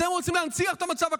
אתם רוצים להנציח את המצב הקיים,